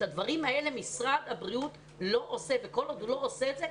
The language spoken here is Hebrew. את הדברים האלה משרד הבריאות לא עושה וכל עוד הוא לא עושה את זה,